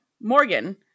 Morgan